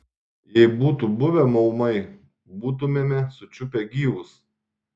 jei būtų buvę maumai būtumėme sučiupę gyvus